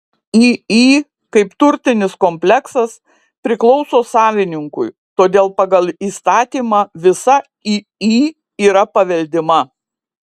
iį kaip turtinis kompleksas priklauso savininkui todėl pagal įstatymą visa iį yra paveldima